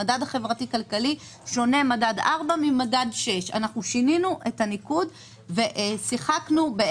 המדד החברתי-כלכלי שונה מדד 4 ממדד 6. שינינו את הניקוד ושיחקנו עם